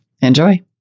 Enjoy